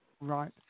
Right